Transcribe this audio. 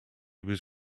was